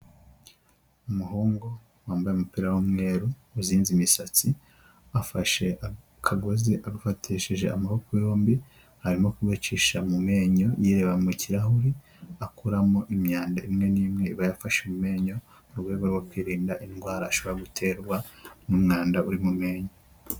Umuhungu wambaye umupira w'umweru uzinze imisatsi, afashe akagozi agafatishe amaboko yombi, arimo kugacisha mu menyo yireba mu kirahure, akuramo imyanda imwe n'imwe iba yafashe mu menyo, mu rwego rwo kwirinda indwara ashobora guterwa n'umwanda uri mu menyo.